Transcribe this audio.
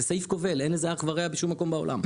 זה סעיף כובל, אין לזה אח ורע בשום מקום בעולם.